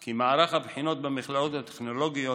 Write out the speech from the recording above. כי מערך הבחינות במכללות הטכנולוגיות